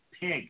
pig